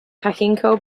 pachinko